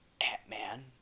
Ant-Man